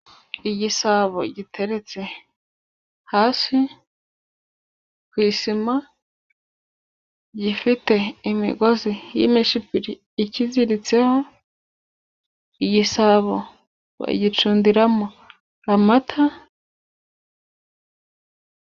Igisabo giteretse hasi ku isima, gifite imigozi y'imishipiri ikiziritseho, igisabo bagicundiramo amata.